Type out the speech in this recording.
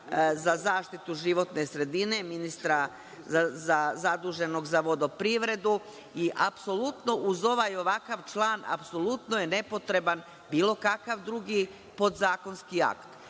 za zaštitu životne sredine, ministra zaduženog za vodoprivredu i uz ovaj ovakav član apsolutno je nepotreban bilo kakav drugi podzakonski akt.